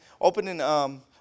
opening